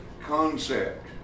concept